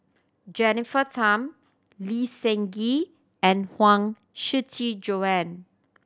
Jennifer Tham Lee Seng Gee and Huang Shiqi Joan